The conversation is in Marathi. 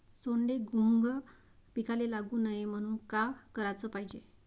सोंडे, घुंग पिकाले लागू नये म्हनून का कराच पायजे?